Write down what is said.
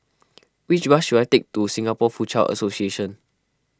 which bus should I take to Singapore Foochow Association